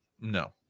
No